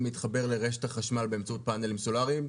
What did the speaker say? להתחבר לרשת החשמל באמצעות פאנלים סולאריים,